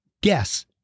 guess